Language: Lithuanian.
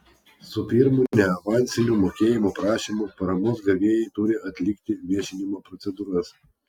su pirmu neavansiniu mokėjimo prašymu paramos gavėjai turi atlikti viešinimo procedūras